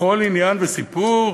בכל עניין וסיפור,